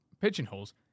pigeonholes